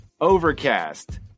Overcast